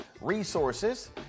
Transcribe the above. resources